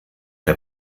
der